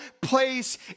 place